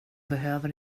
behöver